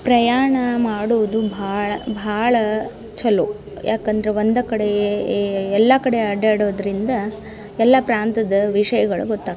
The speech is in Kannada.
ಪ್ರಯಾಣ ಮಾಡುವುದು ಭಾಳ ಭಾಳ ಚಲೋ ಯಾಕಂದರೆ ಒಂದೇ ಕಡೆಯೇ ಎಲ್ಲ ಕಡೆ ಅಡ್ಡಾಡೋದ್ರಿಂದ ಎಲ್ಲ ಪ್ರಾಂತ್ಯದ ವಿಷಯಗಳು ಗೊತ್ತಾಗ್ತವೆ